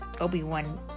Obi-Wan